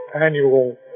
annual